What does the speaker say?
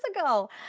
ago